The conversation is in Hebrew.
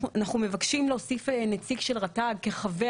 אנחנו מבקשים להוסיף נציג של רט"ג כחבר